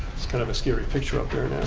it's kind of a scary picture up there